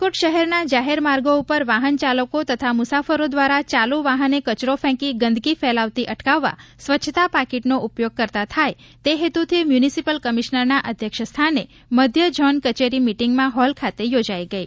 રાજકોટ શહેરના જાહેર માર્ગો પર વાહન ચાલકો તથા મુસાફરો દ્વારા ચાલુ વાહને કચરો ફેંકી ગંદકી ફેલાવતી અટકાવવા સ્વચ્છતા પાકીટ નો ઉપયોગ કરતા થાય તે હેતુથી મ્યુનિસિપલ કમિશનરના અધ્યક્ષ સ્થાને મધ્ય ઝોન કચેરી મિટીંગ હોલ ખાતે બેઠક યોજાઇ ગઇ